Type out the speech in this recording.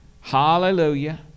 Hallelujah